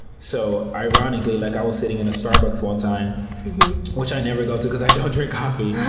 so, ironically, like i was sitting in a starbucks one time which i never go to cause i don't drink coffee. yeah